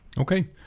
Okay